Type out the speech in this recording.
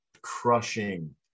crushing